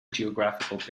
geographical